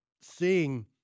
seeing